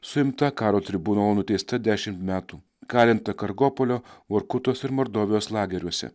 suimta karo tribunolo nuteista dešimt metų kalinta kargopolio vorkutos ir mordovijos lageriuose